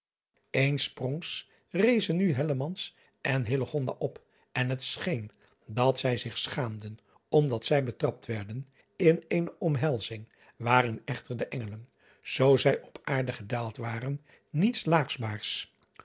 bespieden ensprongs rezen nu en op en het scheen dat zij zich schaamden omdat zij betrapt werden in eene omhelzing waarin echter de ngelen zoo zij op aarde gedaald waren niets laakbaars